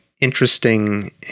interesting